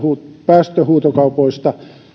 päästöhuutokauppatulot